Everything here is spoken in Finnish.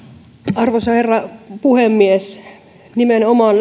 arvoisa herra puhemies mielestäni ei ole rakentavaa jos lähtökohtana on nimenomaan